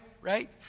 Right